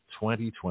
2020